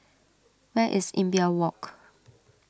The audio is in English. where is Imbiah Walk